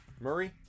Murray